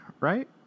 right